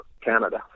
Canada